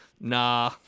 nah